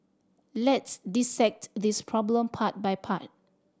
let's dissect this problem part by part